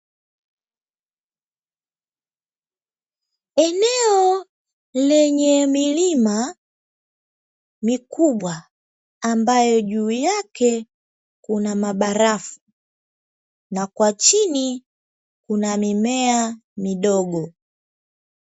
Eneo lenye milima mikubwa, ambayo juu yake kuna mabarafu na kwa chini kuna mimea midogo.